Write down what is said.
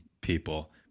people